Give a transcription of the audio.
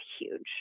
huge